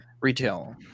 retail